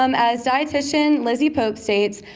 um as dietician lizzy pope states,